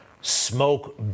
smoke